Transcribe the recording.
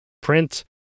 print